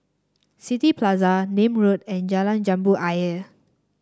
City Plaza Nim Road and Jalan Jambu Ayer